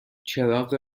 چراغ